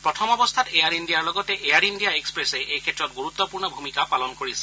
প্ৰথম অৱস্থাত এয়াৰ ইণ্ডিয়াৰ লগতে এয়াৰ ইণ্ডিয়া এক্সপ্ৰেছে এই ক্ষেত্ৰত ণুৰুত্বপূৰ্ণ ভূমিকা পালন কৰিছিল